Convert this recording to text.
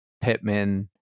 Pittman